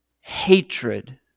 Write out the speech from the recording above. hatred